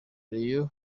rayon